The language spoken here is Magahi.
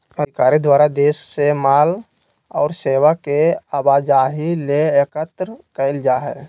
अधिकारी द्वारा देश से माल और सेवा के आवाजाही ले एकत्र कइल जा हइ